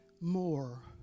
more